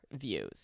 views